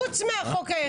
לכן אמרתי לך,